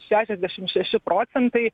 šešiasdešim šeši procentai